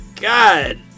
God